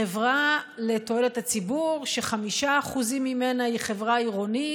חברה לתועלת הציבור ש-5% ממנה הם חברה עירונית